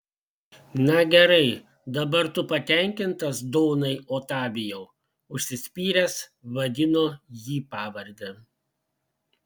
na gerai dabar tu patenkintas donai otavijau užsispyręs vadino jį pavarde